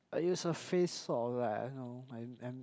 I use her face sort of like I know I am